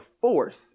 force